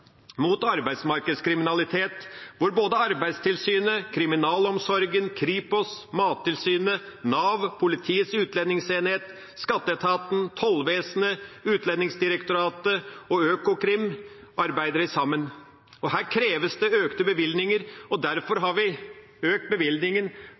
mot arbeidsmarkedskriminalitet, hvor både Arbeidstilsynet, kriminalomsorgen, Kripos, Mattilsynet, Nav, Politiets utlendingsenhet, skatteetaten, tollvesenet, Utlendingsdirektoratet og Økokrim arbeider sammen. Her kreves det økte bevilgninger, derfor